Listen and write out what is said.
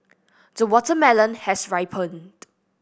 the watermelon has ripened